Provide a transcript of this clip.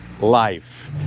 life